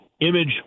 image